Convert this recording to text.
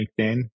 LinkedIn